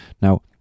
now